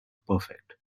perfect